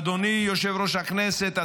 אדוני יושב-ראש הכנסת,